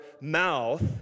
mouth